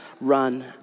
run